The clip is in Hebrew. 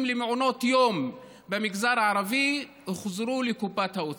למעונות יום במגזר הערבי הוחזרו לקופת האוצר.